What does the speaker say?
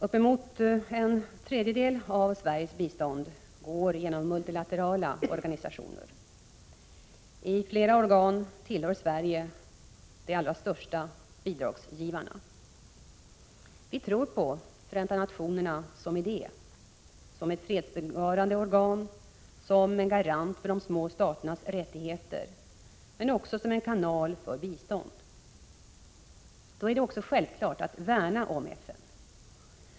Uppemot en tredjedel av Sveriges bistånd går genom multilaterala organisationer. I flera organ tillhör Sverige de allra största bidragsgivarna. Vi tror på Förenta nationerna som idé, som ett fredsbevarande organ, som en garant för de små staternas rättigheter, men också som en kanal för bistånd. Då är det självklart att värna om FN.